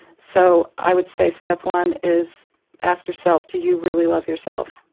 so, i would say step one is ask yourself, do you really love yourself?